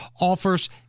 offers